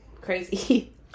crazy